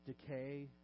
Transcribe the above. decay